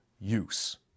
use